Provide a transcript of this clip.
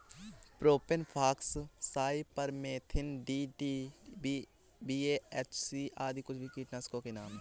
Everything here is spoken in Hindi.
प्रोपेन फॉक्स, साइपरमेथ्रिन, डी.डी.टी, बीएचसी आदि कुछ कीटनाशकों के नाम हैं